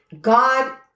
God